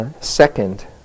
Second